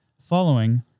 Following